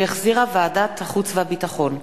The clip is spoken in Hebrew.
שהחזירה ועדת החוץ והביטחון,